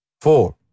Four